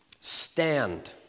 Stand